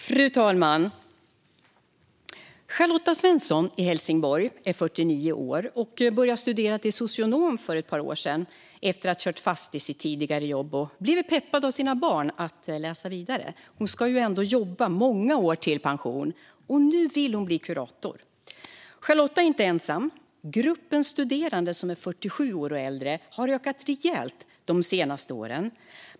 Fru talman! Charlotta Svensson i Helsingborg är 49 år. Hon började studera till socionom för ett par år sedan efter att ha kört fast i sitt tidigare jobb och blivit peppad av sina barn att läsa vidare. Hon ska ju ändå jobba många år till före pension, och nu vill hon bli kurator. Charlotta är inte ensam. Gruppen studerande som är 47 år eller äldre har ökat rejält de senaste åren.